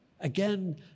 Again